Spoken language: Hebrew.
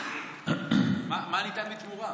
מה ניתן בתמורה?